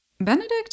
Benedict